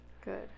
good